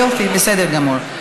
יופי, בסדר גמור.